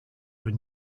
were